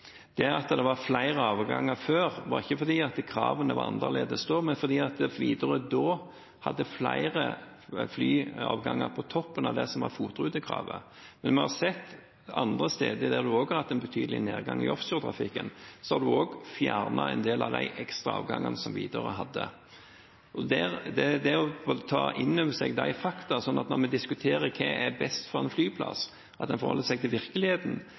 Det at det var flere avganger før, var ikke fordi kravene var annerledes, men fordi Widerøe da hadde flere flyavganger på toppen av det som var FOT-rutekravet. Men vi har sett at også andre steder, der en har hatt en betydelig nedgang i offshore-trafikken, har en fjernet en del av de ekstra avgangene som Widerøe hadde. Det er å ta inn over seg fakta, sånn at en – når vi diskuterer hva som er best for en flyplass – forholder seg til virkeligheten